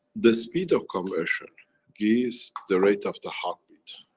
the speed of conversion gives the rate of the heartbeat.